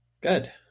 Good